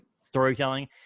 storytelling